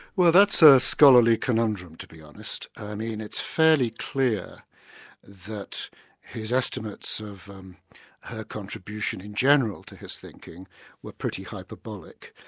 well that's a scholarly conundrum, to be honest. i mean it's fairly clear that his estimates of um her contribution in general to this thinking were pretty hyperbolic,